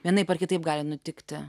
vienaip ar kitaip gali nutikti